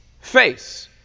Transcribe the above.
face